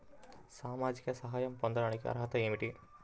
సామాజిక సహాయం పొందటానికి అర్హత ఏమిటి?